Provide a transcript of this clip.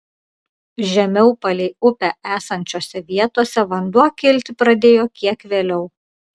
žemiau palei upę esančiose vietose vanduo kilti pradėjo kiek vėliau